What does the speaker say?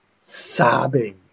sobbing